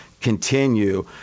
continue